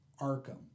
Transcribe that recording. Arkham